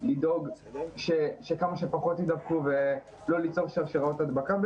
לדאוג שכמה שפחות יידבקו ולא ליצור שרשראות הדבקה.